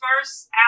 first